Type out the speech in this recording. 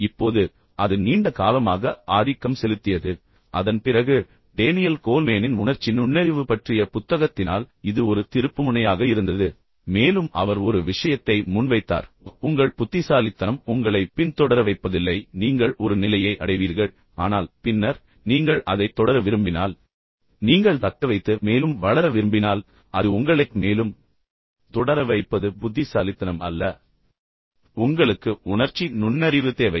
இப்போது அது நீண்ட காலமாக ஆதிக்கம் செலுத்தியது அதன் பிறகு டேனியல் கோல்மேனின் உணர்ச்சி நுண்ணறிவு பற்றிய புத்தகத்தினால் இது ஒரு திருப்புமுனையாக இருந்தது மேலும் அவர் ஒரு விஷயத்தை முன்வைத்தார் உங்கள் புத்திசாலித்தனம் உங்களை பின்தொடர வைப்பதில்லை நீங்கள் ஒரு நிலையை அடைவீர்கள் ஆனால் பின்னர் நீங்கள் அதைத் தொடர விரும்பினால் நீங்கள் தக்கவைத்து மேலும் வளர விரும்பினால் அது உங்களைத் மேலும் மேலும் தொடர வைப்பது புத்திசாலித்தனம் அல்ல உங்களுக்கு உணர்ச்சி நுண்ணறிவு தேவை